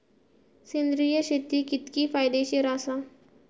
सेंद्रिय शेती कितकी फायदेशीर आसा?